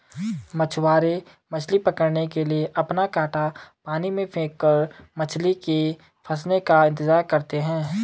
मछुआरे मछली पकड़ने के लिए अपना कांटा पानी में फेंककर मछली के फंसने का इंतजार करते है